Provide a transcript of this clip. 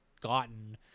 gotten